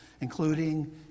including